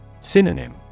Synonym